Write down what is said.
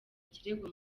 ikirego